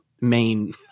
main